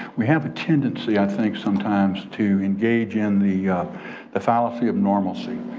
we have a tendency i think sometimes to engage in the the fallacy of normalcy.